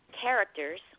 characters